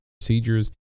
procedures